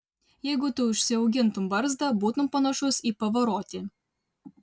jeigu tu užsiaugintum barzdą būtum panašus į pavarotį